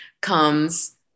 comes